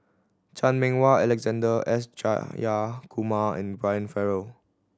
Chan Meng Wah Alexander S Jayakumar and Brian Farrell